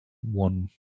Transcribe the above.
one